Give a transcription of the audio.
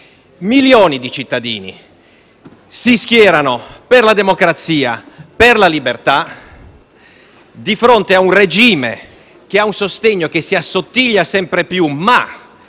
milioni di cittadini si schierano per la democrazia e per la libertà, di fronte a un regime che ha un sostegno che si assottiglia sempre più, ma